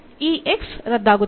ಈ x ರದ್ದಾಗುತ್ತದೆ